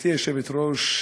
גברתי היושבת-ראש,